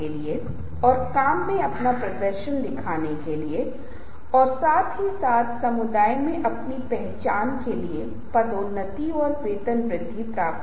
तो एक संचार संदेश सीखने और फिर ध्यान समझ सीखने स्वीकृति प्रतिधारण जैसी चीजें होती हैं